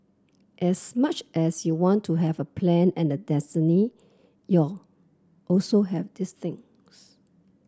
as much as you want to have a plan and a destiny you also have this things